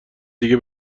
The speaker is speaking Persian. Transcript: دیگه